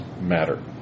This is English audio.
matter